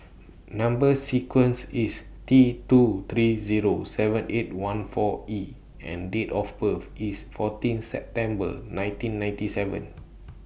Number sequence IS T two three Zero seven eight one four E and Date of birth IS fourteen September nineteen ninety seven